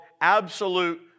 Absolute